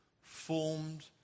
formed